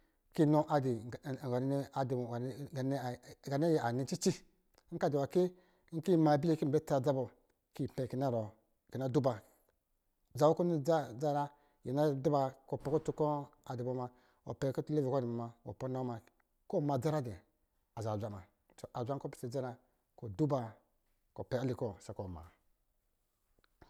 Kɔ̄ inɔ ga yi anɔ cici ka dɔ̄ nwa kɔ̄, nkɔ̄ yi mabli yi kɔ yi bɔ̄ tsa, adza bɔ, kɔ̄ yi pɔ̄ kɔ̄ yi na duba, za kɔ̄ ɔ nidza dca nyɔ̄ nyra, yi na duba kɔ̄ pɔ̄ kuta kɔ̄ a dubɔ muna, wɔ pɔ nna wa muna kɔ̄ ma dza nyɔ̄ nyra dɔ̄ azaa zwa muna, azwa kɔ̄ pisɔ̄ dza nyɔ̄ nyɔ̄ nyra duba ɔ pɔ̄ yali kɔ̄ sako ma